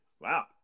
Wow